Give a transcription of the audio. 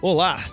Olá